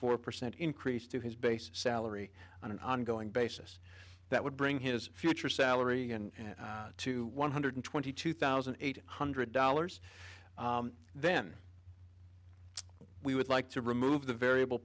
four percent increase to his base salary on an ongoing basis that would bring his future salary and to one hundred twenty two thousand eight hundred dollars then we would like to remove the variable